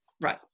Right